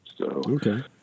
Okay